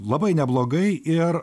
labai neblogai ir